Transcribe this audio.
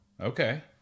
Okay